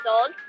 old